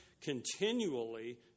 continually